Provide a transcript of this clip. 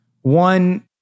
One